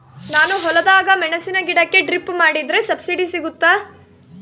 ನಾನು ಹೊಲದಾಗ ಮೆಣಸಿನ ಗಿಡಕ್ಕೆ ಡ್ರಿಪ್ ಮಾಡಿದ್ರೆ ಸಬ್ಸಿಡಿ ಸಿಗುತ್ತಾ?